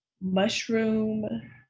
mushroom